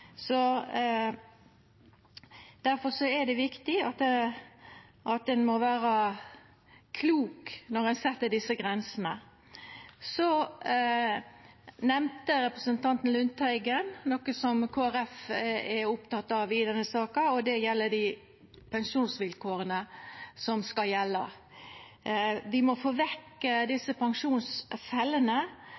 er det viktig at ein er klok når ein set desse grensene. Representanten Lundteigen nemnde noko som Kristeleg Folkeparti er oppteke av i denne saka. Det gjeld dei pensjonsvilkåra som skal gjelda. Vi må få vekk desse pensjonsfellene,